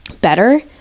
Better